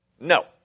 No